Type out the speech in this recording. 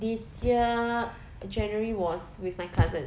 this year january was with my cousins